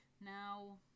Now